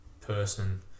person